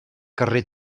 carrer